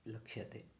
लक्ष्यते